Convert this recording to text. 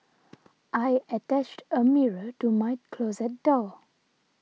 I attached a mirror to my closet door